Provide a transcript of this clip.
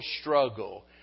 struggle